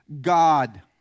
God